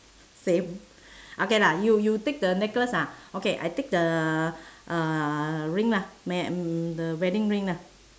same okay lah you you take the necklace ah okay I take the uh ring lah ma~ the wedding ring lah